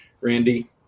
Randy